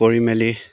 কৰি মেলি